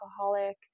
alcoholic